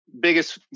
Biggest